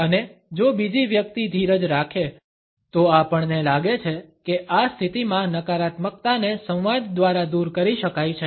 અને જો બીજી વ્યક્તિ ધીરજ રાખે તો આપણને લાગે છે કે આ સ્થિતિમાં નકારાત્મકતાને સંવાદ દ્વારા દૂર કરી શકાય છે